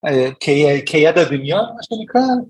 ‫כיד הדמיון, מה שנקרא.